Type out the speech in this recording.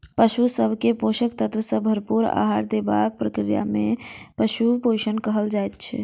पशु सभ के पोषक तत्व सॅ भरपूर आहार देबाक प्रक्रिया के पशु पोषण कहल जाइत छै